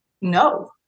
no